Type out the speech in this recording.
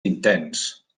intens